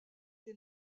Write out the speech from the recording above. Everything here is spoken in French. des